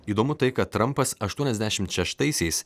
įdomu tai kad trampas aštuoniasdešim šeštaisiais